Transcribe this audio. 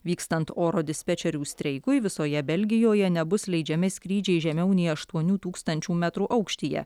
vykstant oro dispečerių streikui visoje belgijoje nebus leidžiami skrydžiai žemiau nei aštuonių tūkstančių metrų aukštyje